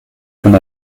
von